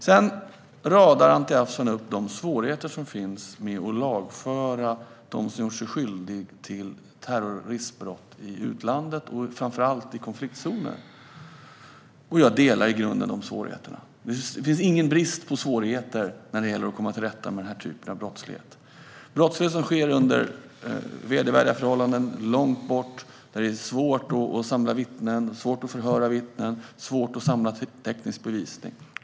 Sedan radar Anti Avsan upp de svårigheter som finns med att lagföra dem som gjort sig skyldiga till terroristbrott i utlandet och framför allt i konfliktzoner. Jag instämmer i grunden i att de svårigheterna finns. Det finns ingen brist på svårigheter när det gäller att komma till rätta med den här typen brottslighet. Det är brottslighet som sker under vedervärdiga förhållanden långt bort där det är svårt att samla vittnen, svårt att förhöra vittnen och svårt att samla teknisk bevisning.